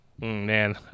Man